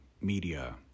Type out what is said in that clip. media